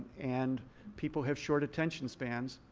and people have short attention spans.